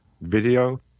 video